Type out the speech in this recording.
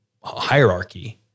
hierarchy